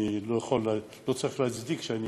אני לא צריך להצדיק שאני